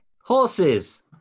Horses